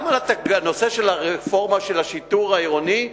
גם הנושא של הרפורמה של השיטור העירוני,